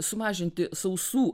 sumažinti sausų